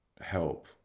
help